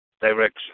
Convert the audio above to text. direction